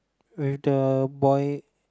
with the boy